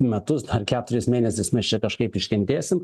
metus ar keturis mėnesius mes čia kažkaip iškentėsim